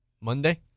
monday